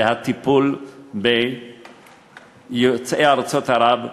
והטיפול ביוצאי ארצות ערב,